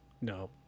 No